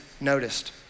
noticed